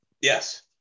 Yes